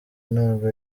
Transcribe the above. ntabwo